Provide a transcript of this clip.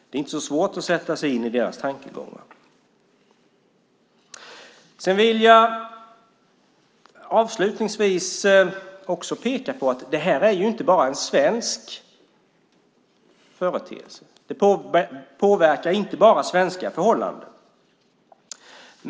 Det är inte särskilt svårt att sätta sig in i deras tankegångar. Avslutningsvis vill jag peka på att det här inte bara är en svensk företeelse, att det inte påverkar bara svenska förhållanden.